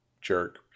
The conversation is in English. jerk